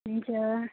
हुन्छ